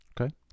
Okay